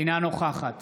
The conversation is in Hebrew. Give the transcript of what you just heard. אינה נוכחת